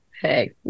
hey